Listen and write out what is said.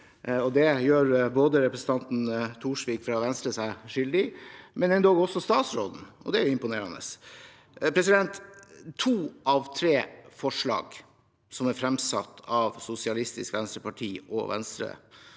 Det gjør både representanten Thorsvik fra Venstre seg skyldig i og endog også statsråden – og det er imponerende. To av tre forslag som er fremsatt av Sosialistisk Venstreparti og Venstre,